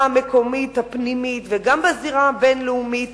המקומית הפנימית וגם בזירה הבין-לאומית